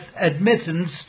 admittance